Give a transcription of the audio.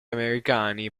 americani